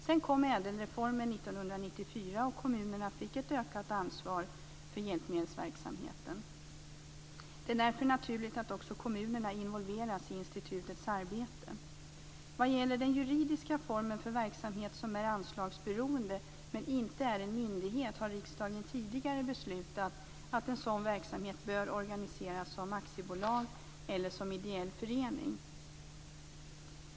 Sedan kom ädelreformen 1994, och kommunerna fick ett ökat ansvar för hjälpmedelsverksamheten. Därför är det naturligt att också kommunerna involveras i institutets arbete. Vad gäller den juridiska formen för en verksamhet som är anslagsberoende men inte är en myndighet har riksdagen tidigare beslutat att en sådan verksamhet bör organiseras som aktiebolag eller som ideell förening.